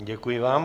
Děkuji vám.